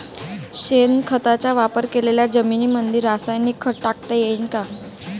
शेणखताचा वापर केलेल्या जमीनीमंदी रासायनिक खत टाकता येईन का?